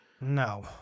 No